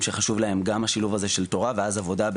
שחשוב להם גם השילוב הזה שלתורה ואז עבודה.